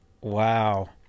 wow